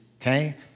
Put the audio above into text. okay